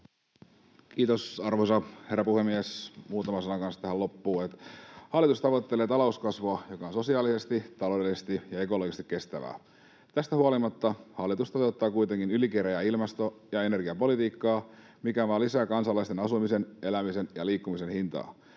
Kiitos, arvoisa herra puhemies! Muutama sana kanssa tähän loppuun. Hallitus tavoittelee talouskasvua, joka on sosiaalisesti, taloudellisesti ja ekologisesti kestävää. Tästä huolimatta hallitus toteuttaa kuitenkin ylikireää ilmasto- ja energiapolitiikkaa, mikä vain lisää kansalaisten asumisen, elämisen ja liikkumisen hintaa.